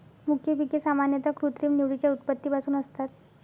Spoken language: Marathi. मुख्य पिके सामान्यतः कृत्रिम निवडीच्या उत्पत्तीपासून असतात